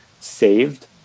saved